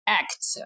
act